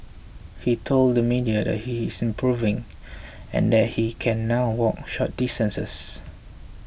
he told the media that he is improving and that he can now walk short distances